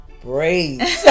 Braids